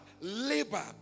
labor